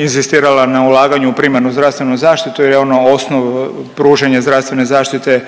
inzistirala na ulaganju na primarnu zdravstvenu zaštitu jer je ono osnov pružanja zdravstvene zaštite